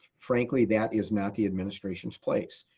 frankly, that is not the administration's place.